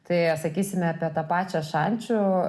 tai sakysime apie tą pačią šančių